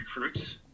recruits